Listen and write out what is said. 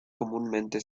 comúnmente